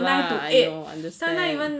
ya I know I understand